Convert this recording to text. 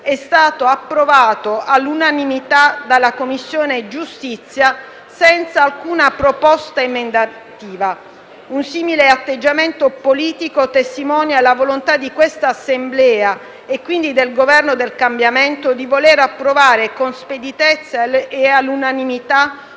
è stato approvato all'unanimità dalla Commissione giustizia senza alcuna proposta emendativa. Un simile atteggiamento politico testimonia la volontà di quest'Assemblea, e quindi del Governo del cambiamento, di voler approvare con speditezza e all'unanimità